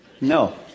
no